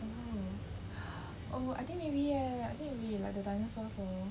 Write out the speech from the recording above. !wow! oh I think maybe leh I think it will be like the dinosaurs know